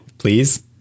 please